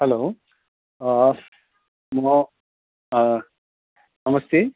hello म नमस्ते